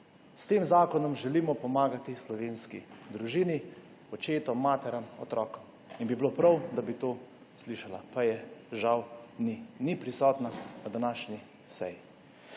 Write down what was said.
S tem zakonom želimo pomagati slovenski družini, očetom, materam, otrokom. In bi bilo prav, da bi to slišala, pa je žal ni, ni prisotna na današnji seji.